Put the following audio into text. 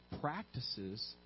practices